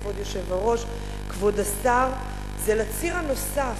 כבוד היושב-ראש, כבוד השר, זה הציר הנוסף.